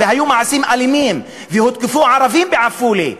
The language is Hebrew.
והיו מעשים אלימים והותקפו ערבים בעפולה,